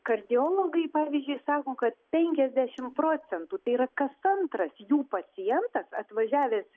kardiologai pavyzdžiui sako kad penkiasdešim procentų tai yra kas antras jų pacientas atvažiavęs